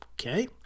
Okay